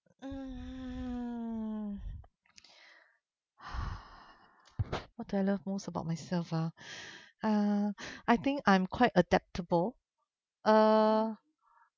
uh what I love most about myself ah uh I think I'm quite adaptable uh